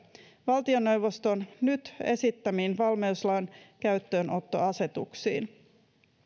valtioneuvoston nyt esittämiin valmiuslain käyttöönottoasetuksiin